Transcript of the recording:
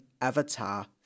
Avatar